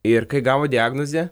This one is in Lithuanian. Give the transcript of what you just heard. ir kai gavo diagnozę